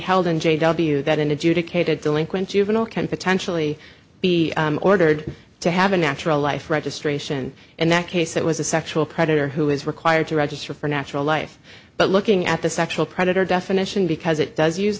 adjudicated delinquent juvenile can potentially be ordered to have a natural life registration in that case it was a sexual predator who is required to register for natural life but looking at the sexual predator definition because it does use